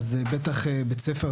אז בטח בית ספר,